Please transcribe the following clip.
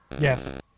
yes